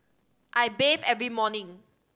I bathe every morning